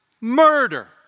murder